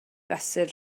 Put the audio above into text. fesur